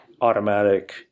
automatic